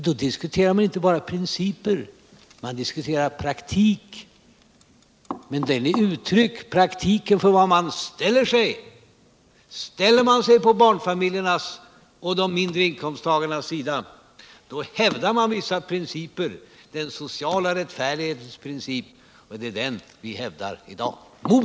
Då diskuterar man inte bara principer — man diskuterar praktik. Praktiken är uttryck för var man ställer sig. Ställer man sig på barnfamiljernas och på de lägre inkomsttagarnas sida, hävdar man en viss princip: den sociala rättfärdighetens princip. Det är den vi hävdar i dag mot er.